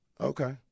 Okay